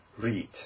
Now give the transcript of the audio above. read